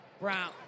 Brown